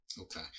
okay